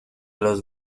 los